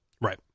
Right